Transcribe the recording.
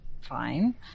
Fine